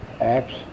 acts